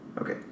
Okay